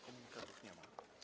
Komunikatów nie ma.